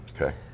Okay